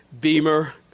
Beamer